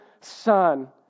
Son